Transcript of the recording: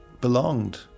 belonged